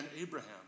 Abraham